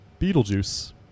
Beetlejuice